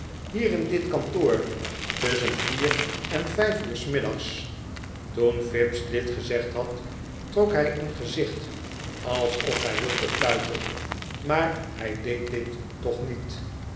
hier in dit kantoor tusschen vier en vijf uur s middags toen fips dit gezegd had trok hij een gezicht alsof hij wilde fluiten maar hij deed dit toch niet